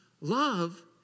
Love